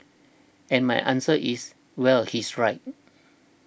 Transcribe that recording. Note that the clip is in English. and my answer is well he's right